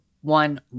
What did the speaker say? one